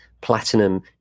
platinum